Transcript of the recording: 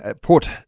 put